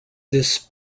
this